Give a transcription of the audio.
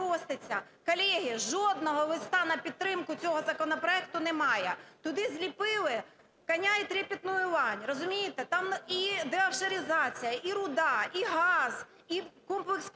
Колеги, жодного листа на підтримку цього законопроекту немає. Туди зліпили "коня и трепетную лань", розумієте? Там і деофшоризація, і руда, і газ, і комплекс провини і